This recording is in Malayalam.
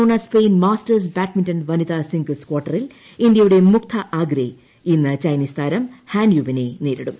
ബാഴ്സലോണ സ്പെയിൻ മാസ്റ്റേഴ്സ് ബാഡ്മിൻടൺ വനിതാ സിംഗിൾസ് കാർട്ടറിൽ ഇന്ത്യയുടെ മുഗ്ദ്ധ അഗ്രയ് ഇന്ന് ചൈനീസ് താരം ഹാൻ യുവിനെ നേരിടും